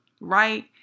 right